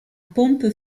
pompe